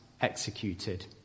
executed